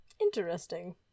Interesting